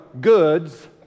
goods